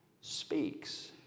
speaks